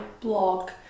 blog